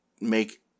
make